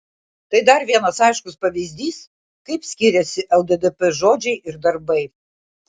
tai dar vienas aiškus pavyzdys kaip skiriasi lddp žodžiai ir darbai